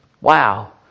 Wow